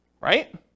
right